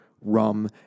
rum